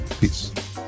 peace